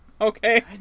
Okay